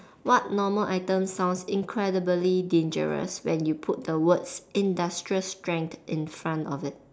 what normal items sounds incredibly dangerous when you put the words industrial strength in front of it